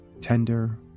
tender